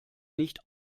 nicht